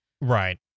right